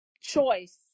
choice